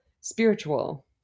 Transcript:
spiritual